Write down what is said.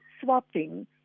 swapping